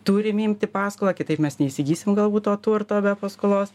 turim imti paskolą kitaip mes neįsigysim galbūt to turto be paskolos